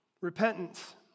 Repentance